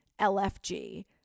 LFG